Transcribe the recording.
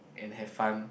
and have fun